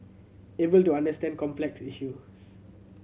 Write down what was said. able to understand complex issues